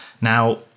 Now